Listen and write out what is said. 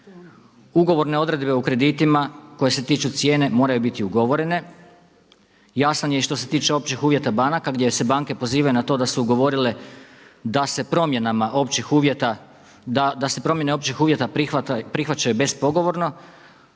ugovorne odredbe u kreditima koje se tiču cijene moraju biti ugovorene, jasan je i što se tiče općih uvjeta banaka gdje se banke pozivaju na to da su ugovorile da se promjenama općih uvjeta, da se promjene